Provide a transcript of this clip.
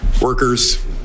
workers